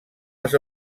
les